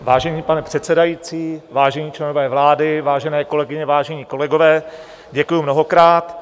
Vážený pane předsedající, vážení členové vlády, vážené kolegyně, vážení kolegové, děkuji mnohokrát.